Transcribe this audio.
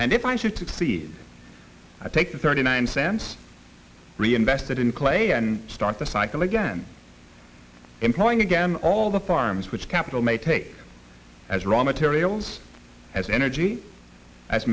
succeed i take the thirty nine cents reinvested in clay and start the cycle again employing again all the farms which capital may take as raw materials as energy as